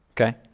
Okay